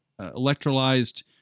electrolyzed